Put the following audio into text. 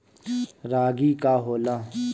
रागी का होला?